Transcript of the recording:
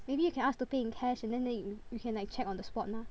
maybe you can ask to pay in cash and then then you can check on the spot mah